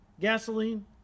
gasoline